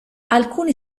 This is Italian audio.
alcuni